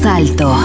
alto